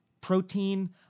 protein